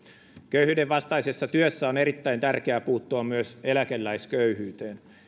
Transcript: köyhyyden vastaisessa työssä on erittäin tärkeää puuttua myös eläkeläisköyhyyteen